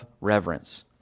reverence